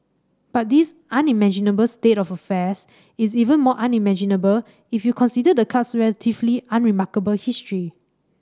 but this unimaginable state of affairs is even more unimaginable if you considered the club's relatively unremarkable history